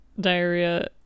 diarrhea